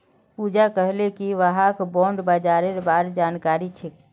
पूजा कहले कि वहाक बॉण्ड बाजारेर बार जानकारी छेक